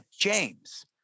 James